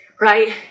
Right